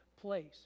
place